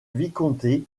vicomté